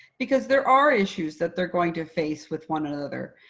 because there are issues that they're going to face with one another.